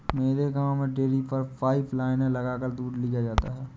मेरे गांव में डेरी पर पाइप लाइने लगाकर दूध लिया जाता है